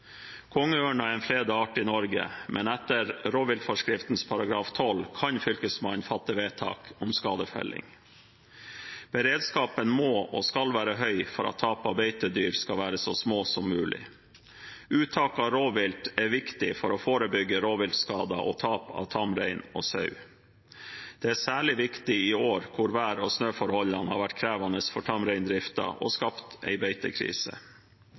er en fredet art i Norge, men etter rovviltforskriftens § 12 kan fylkesmannen fatte vedtak om skadefelling. Beredskapen må og skal være høy for at tap av beitedyr skal være så små som mulig. Uttak av rovvilt er viktig for å forebygge rovviltskader og tap av tamrein og sau. Det er særlig viktig i år, hvor vær- og snøforholdene har vært krevende for tamreindriften og skapt en beitekrise.